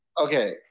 Okay